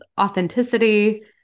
authenticity